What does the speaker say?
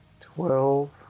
twelve